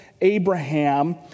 Abraham